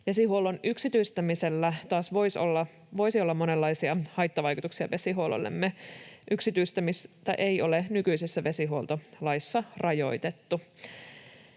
Vesihuollon yksityistämisellä taas voisi olla monenlaisia haittavaikutuksia vesihuollollemme. Yksityistämistä ei ole nykyisessä vesihuoltolaissa rajoitettu.